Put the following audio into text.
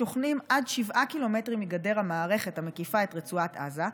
שוכנים עד שבעה קילומטרים מגדר המערכת המקיפה את רצועת עזה,